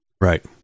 Right